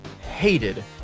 hated